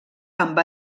amb